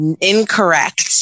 Incorrect